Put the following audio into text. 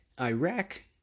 Iraq